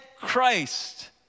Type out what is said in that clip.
Christ